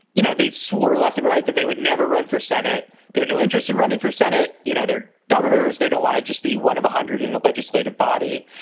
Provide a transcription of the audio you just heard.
you know, they swore left and right that they would never run for senate. they had no interest in running for senate. you know, they're governors. they don't want to just be one of one hundred in a legislative body.